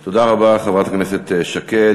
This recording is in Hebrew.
תודה רבה, חברת הכנסת שקד.